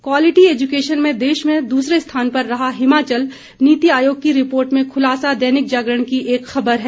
quality education में देश में दूसरे स्थान पर रहा हिमाचल नीति आयोग की रिपोर्ट में खूलासा दैनिक जागरण की एक खबर है